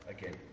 Again